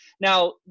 Now